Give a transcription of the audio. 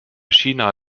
china